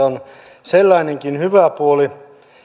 on sellainenkin hyvä puoli